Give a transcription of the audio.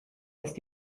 ist